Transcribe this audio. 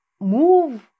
move